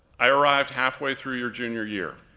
i arrived halfway through your junior year,